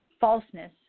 falseness